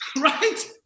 Right